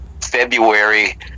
february